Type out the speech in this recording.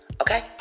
Okay